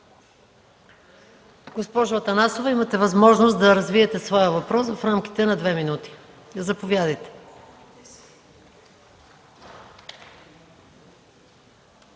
Госпожо Атанасова, имате възможност да развиете своя въпрос в рамките на две минути. Заповядайте.